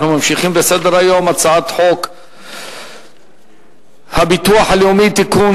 אנחנו ממשיכים בסדר-היום: הצעת חוק הביטוח הלאומי (תיקון,